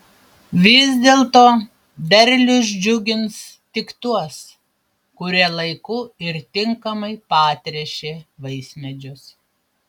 vis dėlto derlius džiugins tik tuos kurie laiku ir tinkamai patręšė vaismedžius